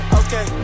okay